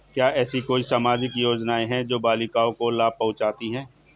क्या ऐसी कोई सामाजिक योजनाएँ हैं जो बालिकाओं को लाभ पहुँचाती हैं?